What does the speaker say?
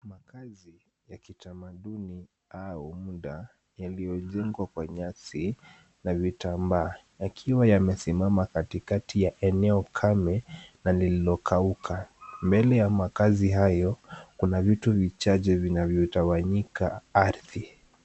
Makaazi ya kitamaduni au muda, yaliojengwa kwa nyasi na vitambaa, yakiwa yamesimama katikati ya eneo kame na lililokauka. Mbele ya maakazi hayo kuna vitu vichache vinavyotawanyika ardhi.